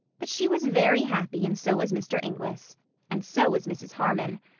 but she was very happy, and so was mr. inglis and so was mrs. harmon.